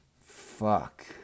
Fuck